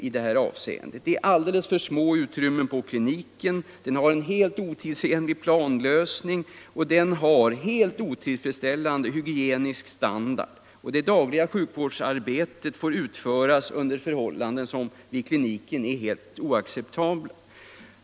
Utrymmena på kliniken är alldeles för små, planlösningen är otidsenlig och den hygieniska standarden är helt otillfredsställande. Det dagliga sjukvårdsarbetet får utföras under oacceptabla förhållanden.